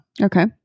Okay